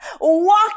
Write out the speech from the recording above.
Walk